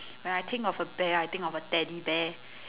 when I think of a bear I think of a teddy bear